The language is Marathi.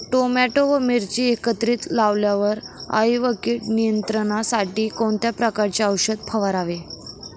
टोमॅटो व मिरची एकत्रित लावल्यावर अळी व कीड नियंत्रणासाठी कोणत्या प्रकारचे औषध फवारावे?